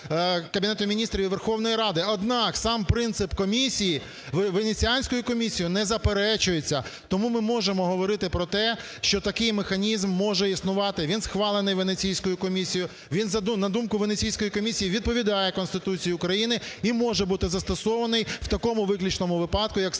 Кабінету Міністрів і Верховної Ради. Однак сам принцип комісії Венеціанською комісією не заперечується. Тому ми можемо говорити про те, що таких механізм може існувати, він схвалений Венеційською комісією, він на думку Венеційської комісії відповідає Конституції України і може бути застосований в такому виключному випадку, як створення